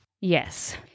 Yes